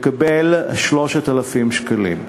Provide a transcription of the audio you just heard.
תקבל 3,000 שקלים.